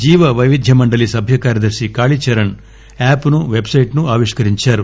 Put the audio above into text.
జీవవైవిధ్య మండలి సభ్య కార్యదర్శి కాళీ చరణ్ యాప్ ను పెట్ సైట్ ను ఆవిష్కరించారు